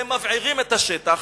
והם מבעירים את השטח.